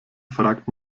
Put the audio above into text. fragt